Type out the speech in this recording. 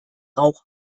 rauch